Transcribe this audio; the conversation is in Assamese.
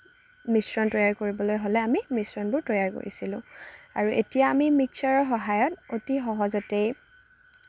মিশ্ৰণ তৈয়াৰ কৰিবলৈ হ'লে আমি মিশ্ৰণবোৰ তৈয়াৰ কৰিছিলোঁ আৰু এতিয়া আমি মিক্সাৰৰ সহায়ত অতি সহজতেই